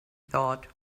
thought